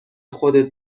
خودت